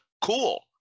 cool